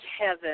heaven